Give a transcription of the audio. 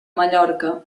mallorca